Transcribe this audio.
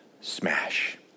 Smash